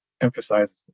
emphasizes